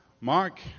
Mark